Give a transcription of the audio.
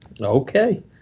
Okay